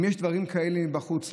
אם יש דברים כאלה בחוץ,